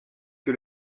que